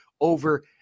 over